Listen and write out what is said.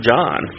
John